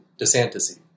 DeSantis